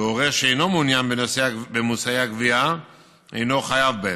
והורה שאינו מעוניין במושאי הגבייה אינו חייב בהם.